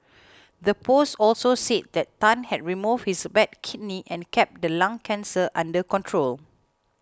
the post also said that Tan had removed his bad kidney and kept the lung cancer under control